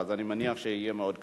אז אני מניח שיהיה מאוד קצר.